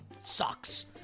sucks